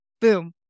boom